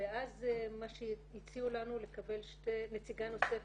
ואז מה שהציעו לנו לקבל נציגה נוספת.